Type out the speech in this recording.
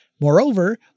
Moreover